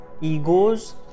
egos